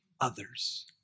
others